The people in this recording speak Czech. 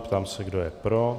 Ptám se, kdo je pro.